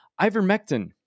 Ivermectin